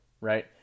right